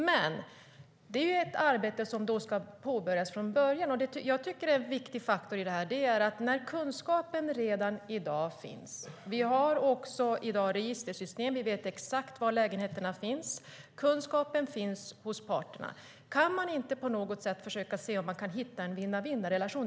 Men då är detta ett arbete som ska påbörjas från grunden. När kunskapen redan i dag finns hos parterna - vi har i dag registersystem och vet exakt var lägenheterna finns - kan man då inte på något sätt försöka hitta en vinna-vinna-relation?